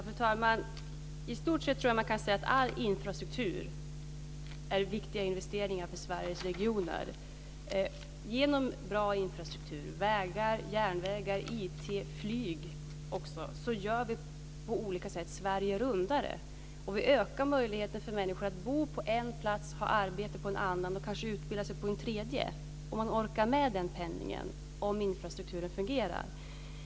Fru talman! I stort sett tror jag att man kan säga att all infrastruktur är en viktig investering för Sveriges regioner. Genom bra infrastruktur - vägar, järnvägar IT och flyg - gör vi på olika sätt Sverige rundare. Vi ökar möjligheterna för människor att bo på en plats, ha arbete på en annan och kanske utbilda sig på en tredje, om man orkar med den pendlingen, om infrastrukturen fungerar.